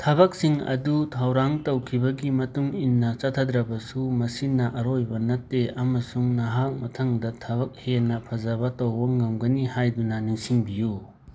ꯊꯕꯛꯁꯤꯡ ꯑꯗꯨ ꯊꯧꯔꯥꯡ ꯇꯧꯈꯤꯕꯒꯤ ꯃꯇꯨꯡ ꯏꯟꯅ ꯆꯠꯊꯗ꯭ꯔꯕꯁꯨ ꯃꯁꯤꯅ ꯑꯔꯣꯏꯕ ꯅꯠꯇꯦ ꯑꯃꯁꯨꯡ ꯅꯍꯥꯛ ꯃꯊꯪꯗ ꯊꯕꯛ ꯍꯦꯟꯅ ꯐꯖꯕ ꯇꯧꯕ ꯉꯝꯒꯅꯤ ꯍꯥꯏꯗꯨꯅ ꯅꯤꯡꯁꯤꯡꯕꯤꯌꯨ